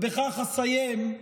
ובכך אסיים,